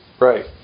Right